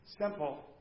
Simple